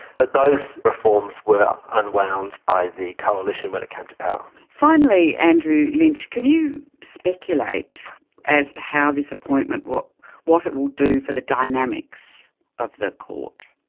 but those reforms were unwound by the coalition when it came to power. finally, andrew lynch, can you speculate as to how this appointment, what what it will do for the dynamics of the court?